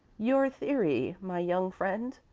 your theory, my young friend,